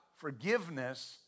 forgiveness